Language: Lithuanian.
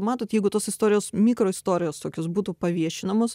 matot jeigu tos istorijos mikroistorijos tokios būtų paviešinamos